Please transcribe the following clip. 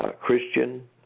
Christian